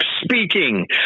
speaking